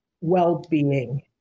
well-being